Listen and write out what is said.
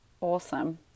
Awesome